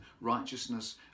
righteousness